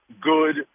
good